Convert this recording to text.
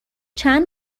چند